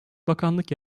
bakanlık